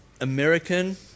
American